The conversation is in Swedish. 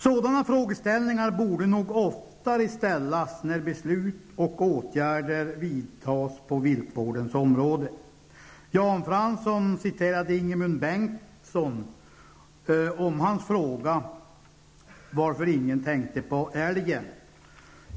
Sådana frågeställningar borde nog oftare ställas när beslut och åtgärder vidtas på viltvårdens område. Jan Fransson citerade Ingemund Bengtssons fråga om varför ingen tänkte på älgen.